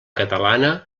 catalana